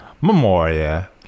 Memoria